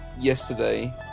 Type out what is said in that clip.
yesterday